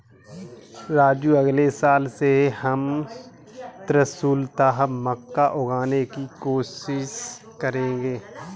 राजू अगले साल से हम त्रिशुलता मक्का उगाने की कोशिश करेंगे